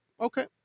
Okay